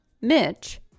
Mitch